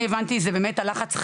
שלום לכולם,